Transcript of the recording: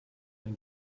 ein